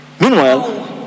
meanwhile